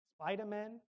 Spider-Man